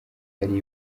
hari